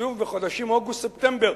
שוב בחודשים אוגוסט ספטמבר,